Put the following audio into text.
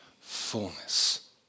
Fullness